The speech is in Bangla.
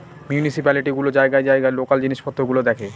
মিউনিসিপালিটি গুলো জায়গায় জায়গায় লোকাল জিনিস পত্র গুলো দেখে